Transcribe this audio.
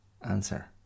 answer